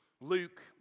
Luke